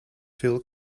phil